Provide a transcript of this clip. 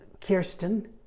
Kirsten